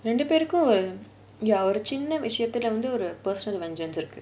ரெண்டு பேருக்கும் ஒரு சின்ன விஷயத்துல ஒரு:rendu perukum oru chinna vishayathula oru personal vengence இருக்கு:irukku